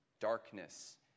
darkness